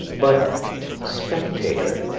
but spectator,